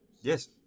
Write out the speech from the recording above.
Yes